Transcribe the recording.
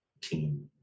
team